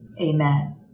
Amen